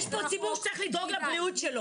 יש כאן ציבור שצריך לדאוג לבריאות שלו.